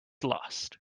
lost